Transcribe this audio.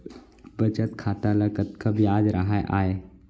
बचत खाता ल कतका ब्याज राहय आय?